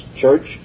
church